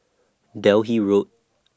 Delhi Road